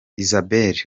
isabelle